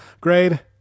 Grade